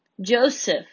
Joseph